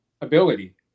ability